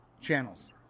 channels